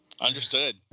Understood